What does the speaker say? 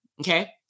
Okay